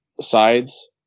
sides